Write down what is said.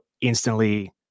instantly